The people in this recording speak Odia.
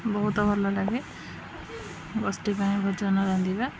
ବହୁତ ଭଲ ଲାଗେ ଗୋଷ୍ଠୀ ପାଇଁ ଭୋଜନ ରାନ୍ଧିବା